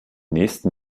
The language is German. nächsten